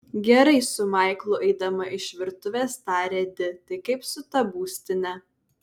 gerai su maiklu eidama iš virtuvės tarė di tai kaip su ta būstine